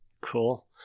Cool